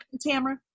Tamara